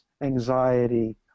anxiety